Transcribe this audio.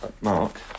Mark